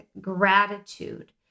gratitude